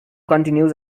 continues